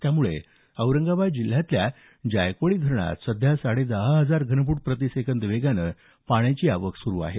त्यामुळे औरंगाबाद जिल्ह्यातल्या जायकवाडी धरणांत सध्या साडे दहा हजार घनफूट प्रतिसेकंद वेगाने धरणात पाण्याची आवक सुरू आहे